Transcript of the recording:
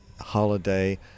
holiday